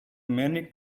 many